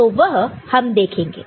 तो वह हम देखेंगे